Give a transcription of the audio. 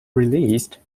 released